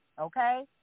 okay